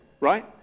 Right